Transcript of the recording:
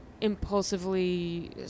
impulsively